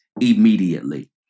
immediately